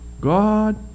God